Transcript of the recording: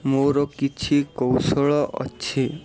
ମୋର କିଛି କୌଶଳ ଅଛି